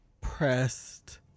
pressed